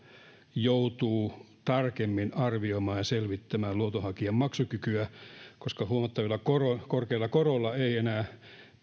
joutuu tarkemmin arvioimaan ja selvittämään luotonhakijan maksukykyä koska huomattavan korkeilla korkeilla koroilla ei enää